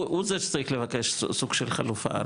הוא זה שצריך לבקש סוג של חלופה,